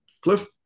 Cliff